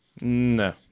No